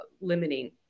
limiting